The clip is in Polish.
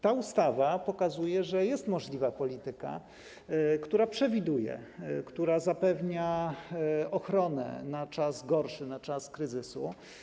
Ta ustawa pokazuje, że jest możliwa polityka, która przewiduje, która zapewnia ochronę na czas gorszy, na czas kryzysu.